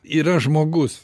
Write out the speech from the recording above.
yra žmogus